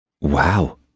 Wow